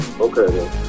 Okay